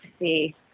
see